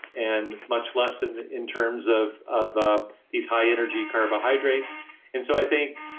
and much less than in terms of of ah these high energy carbohydrates and so, i think,